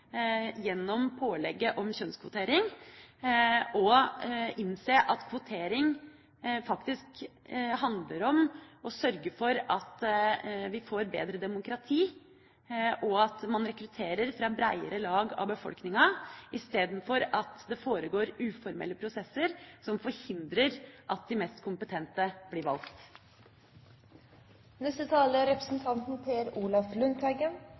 gjennom pålegget om kjønnskvotering, og innse at kvotering faktisk handler om å sørge for at vi får bedre demokrati, og at man rekrutterer fra bredere lag av befolkninga i stedet for at det foregår uformelle prosesser som forhindrer at de mest kompetente blir valgt.